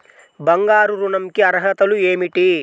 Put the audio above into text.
బంగారు ఋణం కి అర్హతలు ఏమిటీ?